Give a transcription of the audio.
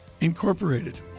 Incorporated